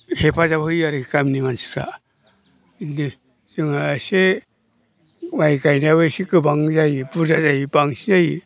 हेफाजाब होयो आरोखि आरो गामिनि मानसिफ्रा बिदिनो जोंहा एसे माइ गायनायाबो एसे गोबां जायो बुरजा जायो बांसिन